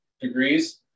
degrees